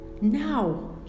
now